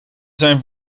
zijn